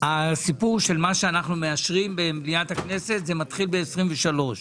הזיכוי שאנחנו מאשרים במליאת הכנסת מתחיל ב-2023.